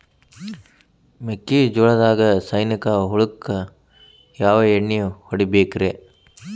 ಮೆಕ್ಕಿಜೋಳದಾಗ ಸೈನಿಕ ಹುಳಕ್ಕ ಯಾವ ಎಣ್ಣಿ ಹೊಡಿಬೇಕ್ರೇ?